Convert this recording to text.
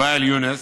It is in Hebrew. ואאל יונס,